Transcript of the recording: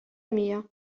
mija